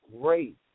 great